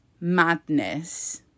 madness